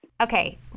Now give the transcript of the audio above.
Okay